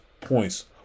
points